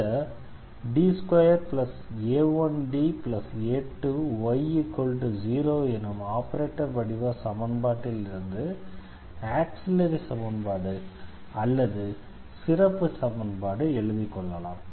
இந்த D2a1Da2y0 எனும் operator வடிவ சமன்பாட்டில் இருந்து ஆக்ஸிலரி சமன்பாடு அல்லது சிறப்புச் சமன்பாட்டை எழுதிக் கொள்ளலாம்